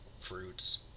fruits